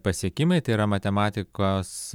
pasiekimai tai yra matematikos